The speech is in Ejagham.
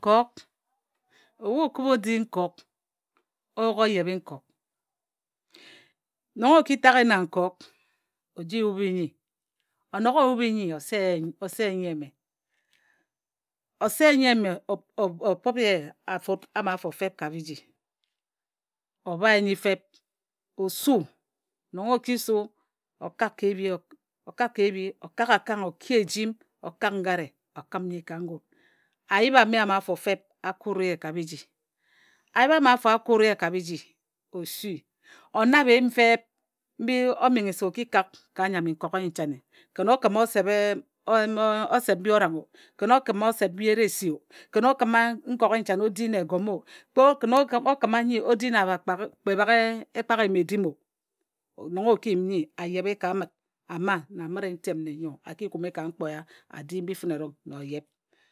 Nkok ebhu o kǝbha o di nkok o yuk o yebi i nkok. Nong o ki taghe na nkok o ji yobha=e nnyi. O yubhe nnyi o se ye o se nnyi eme o se nnyi eme o pǝp ye afut ama fep ka biji. O bhae nnyi fep o su nong o ki su o ka ebhi o kak akang o ke ejim o kak ngare o kǝm nnyi ka ngun. A yip ame am afo fep a kut ye ka biji. A yip ama afo a kut ye ka biji. O sui o nabhe eyim feep mbi o menghe se o ki kak ka nnyam i nkok i nchane. Kǝn o kǝma osep mbi orang o, kǝn o kǝma nkoki nchane o di na egome o o kǝn o kǝma kpe nnyi o di na kpe baghe ekpak eyim-edim o nong o ki yim nnyi a yebhe ka amǝt ama na amǝti ntem nne yo a ki kume ka nkpoe eya a mbi fǝne erong oyebha mbǝnghe.